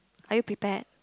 are you prepared